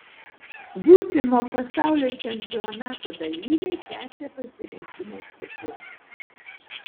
būsimo pasaulio čempionato dalyviai tęsią pasirengimo ciklą